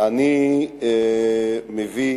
אני מביא